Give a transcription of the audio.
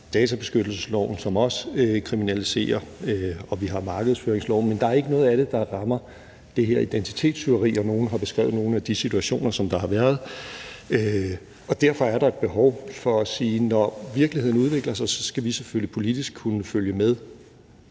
databeskyttelsesloven, som også kriminaliserer, og vi har markedsføringsloven, men der er ikke noget af det, der rammer det her identitetstyveri; nogle har beskrevet nogle af de situationer, som der har været. Derfor er der et behov for at sige, at når virkeligheden udvikler sig, skal vi selvfølgelig politisk kunne følge med.